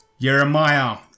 Jeremiah